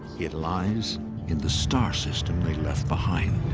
it lies in the star system they left behind.